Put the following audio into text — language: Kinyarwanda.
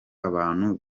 abantu